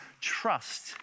trust